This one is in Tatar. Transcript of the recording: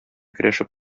көрәшеп